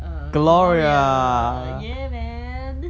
err gloria ya man